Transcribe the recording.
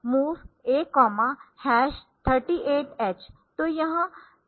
MOV A 38 H तो यह 2 लाइनों का उपयोग करेगा